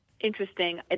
Interesting